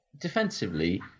defensively